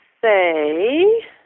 say